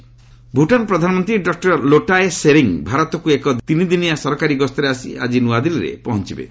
Bhutan PM Bhutan ପ୍ରଧାନମନ୍ତ୍ରୀ doctor Lotay Tshering ଭାରତକୁ ତିନିଦିନିଆ ସରକାରୀ ଗସ୍ତରେ ଆସି ଆଜି ନୂଆଦିଲ୍ଲୀରେ ପହଞ୍ଚୁବେ